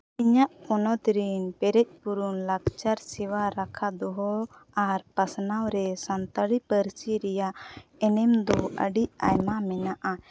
ᱤᱧᱟᱹᱜ ᱯᱚᱱᱚᱛ ᱨᱮᱱ ᱯᱮᱨᱮᱡ ᱯᱩᱨᱚᱱ ᱞᱟᱠᱪᱟᱨ ᱥᱮᱵᱟ ᱨᱟᱠᱷᱟ ᱫᱚᱦᱚ ᱟᱨ ᱯᱟᱥᱱᱟᱣ ᱨᱮ ᱥᱟᱱᱛᱟᱹᱲᱤ ᱯᱟᱹᱨᱥᱤ ᱨᱮᱭᱟᱜ ᱮᱱᱮᱢ ᱫᱚ ᱟᱹᱰᱤ ᱟᱭᱢᱟ ᱢᱮᱱᱟᱜᱼᱟ